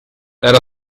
era